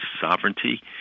sovereignty